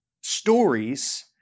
Stories